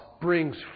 brings